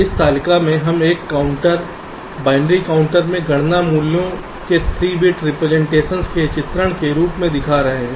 इस तालिका में हम एक काउंटर बाइनरी काउंटर में गणना मूल्यों के 3 बिट रिप्रेजेंटेशन के चित्रण के रूप में दिखा रहे हैं